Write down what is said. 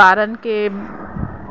ॿारनि खे